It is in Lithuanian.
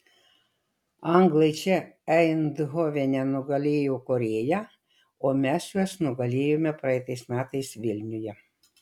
anglai čia eindhovene nugalėjo korėją o mes juos nugalėjome praeitais metais vilniuje